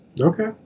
Okay